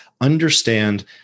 understand